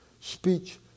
speech